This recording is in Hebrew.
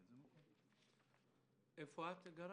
אני מודה